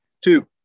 Two